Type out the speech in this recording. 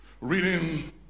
reading